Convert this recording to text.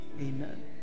Amen